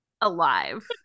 alive